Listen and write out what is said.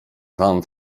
wam